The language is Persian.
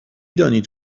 دانید